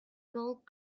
gold